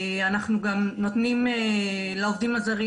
אנחנו גם נותנים לעובדים הזרים